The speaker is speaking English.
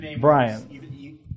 Brian